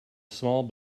small